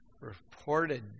reported